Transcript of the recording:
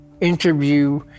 interview